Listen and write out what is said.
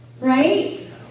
Right